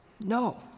No